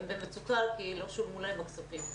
הם במצוקה כי לא שולמו להם הכספים.